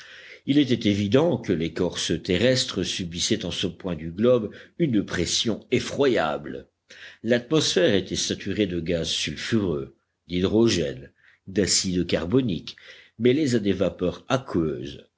il était évident que l'écorce terrestre subissait en ce point du globe une pression effroyable l'atmosphère était saturée de gaz sulfureux d'hydrogène d'acide carbonique mêlés à des vapeurs aqueuses